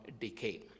decay